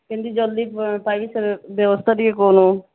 କେମତି ଜଲ୍ଦି ପାଇକି ବ୍ୟବସ୍ଥା ଟିକିଏ କର